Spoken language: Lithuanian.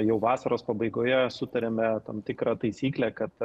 jau vasaros pabaigoje sutarėme tam tikrą taisyklę kad